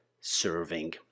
serving